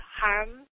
harm